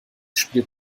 spielt